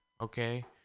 okay